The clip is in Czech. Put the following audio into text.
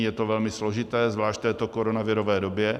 Je to velmi složité, zvlášť v této koronavirové době.